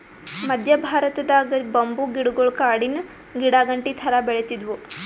ಮದ್ಯ ಭಾರತದಾಗ್ ಬಂಬೂ ಗಿಡಗೊಳ್ ಕಾಡಿನ್ ಗಿಡಾಗಂಟಿ ಥರಾ ಬೆಳಿತ್ತಿದ್ವು